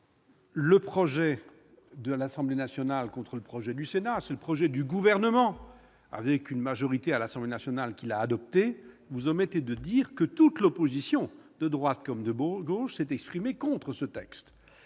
du projet de l'Assemblée nationale contre celui du Sénat, mais du projet du Gouvernement adopté par sa majorité à l'Assemblée nationale. Vous omettez de dire que toute l'opposition, de droite comme de gauche, s'est exprimée contre ce texte.